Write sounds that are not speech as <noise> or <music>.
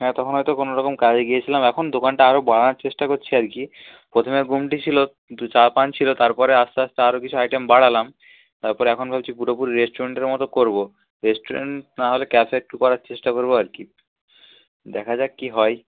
হ্যাঁ তখন হয়তো কোনো রকম কাজে গিয়েছিলাম এখন দোকানটা আরও বাড়ানোর চেষ্টা করছি আর কি প্রথমে গুমটি ছিলো <unintelligible> চা পান ছিলো তারপরে আস্তে আস্তে আরও কিছু আইটেম বাড়ালাম তারপরে এখন ভাবছি পুরোপুরি রেস্টুরেন্টের মতো করবো রেস্টুরেন্ট নাহলে ক্যাফে একটু করার চেষ্টা করবো আর কি দেখা যাক কি হয়